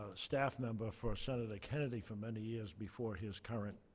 staff member for senator kennedy for many years before his current